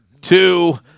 two